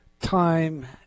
Time